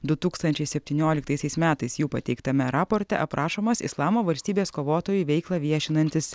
du tūkstančiai septynioliktaisiais metais jų pateiktame raporte aprašomas islamo valstybės kovotojų veiklą viešinantis